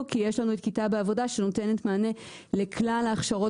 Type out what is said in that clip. כי יש לנו את כיתה בעבודה שנותנת מענה לכלל ההכשרות